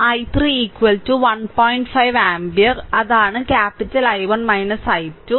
5 ampere അതാണ് capital I1 I2